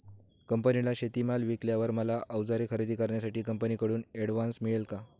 कंपनीला शेतीमाल विकल्यावर मला औजारे खरेदी करण्यासाठी कंपनीकडून ऍडव्हान्स मिळेल का?